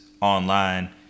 online